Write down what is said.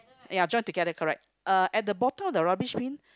ya join together correct uh at the bottom of the rubbish bin